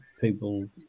people